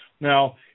now